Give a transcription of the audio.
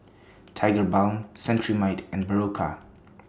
Tigerbalm Cetrimide and Berocca